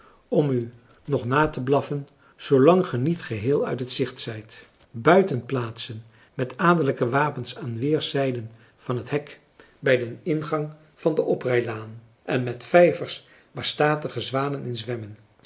om u nog na te blaffen zoolang ge niet geheel uit het gezicht zijt buitenplaatsen met adellijke wapens aan weerszijden van het hek bij den ingang van de oprijlaan en met vijvers waar statige zwanen in zwemmen